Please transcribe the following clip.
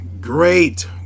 Great